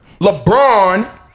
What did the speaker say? LeBron